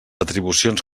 atribucions